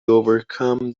overcome